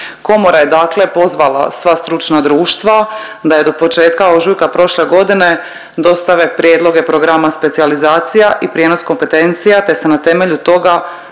Komora je dakle pozvala sva stručna društva da je do početka ožujka prošle godine dostave prijedloge programa specijalizacija i prijenos kompetencija te se na temelju toga